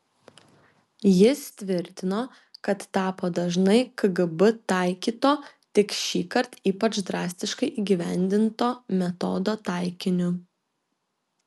jis tvirtino kad tapo dažnai kgb taikyto tik šįkart ypač drastiškai įgyvendinto metodo taikiniu